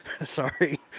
sorry